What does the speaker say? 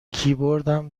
کیبوردم